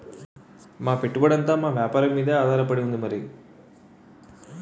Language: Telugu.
మా పెట్టుబడంతా మా వేపారం మీదే ఆధారపడి ఉంది మరి